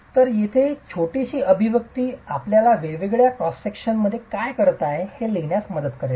तर येथे ही छोटीशी अभिव्यक्ती आपल्याला वेगवेगळ्या क्रॉस विभागात काय आहे ते लिहिण्यास मदत करेल